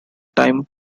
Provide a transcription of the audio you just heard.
time